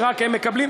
שרק הם מקבלים,